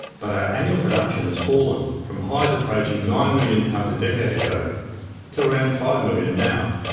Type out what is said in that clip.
but our annual production has fallen, from highs approaching nine million tons a decade ago to around five million now.